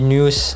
News